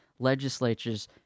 legislatures